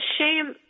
shame